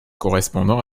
correspondant